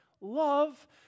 love